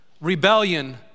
rebellion